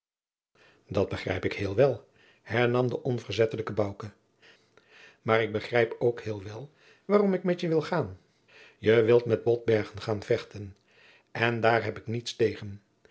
dat begrijp ik heel wel hernam de onverzettelijke bouke maar ik begrijp ook heel wel waarom ik met wil gaan je wilt met botbergen gaan vechten en daar heb ik niets tegen